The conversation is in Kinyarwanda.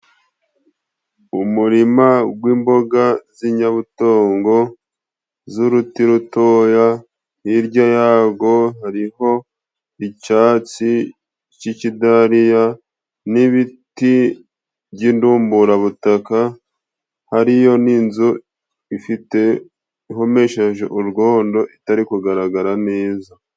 Umurima gw'imboga z'inyabutongo z'uruti rutoya, hirya yago hariho icyatsi cy'ikidariya n'ibiti by'indumburabutaka. Hariyo n'inzu ifite ihumesheje urwondo itari kugaragara neza.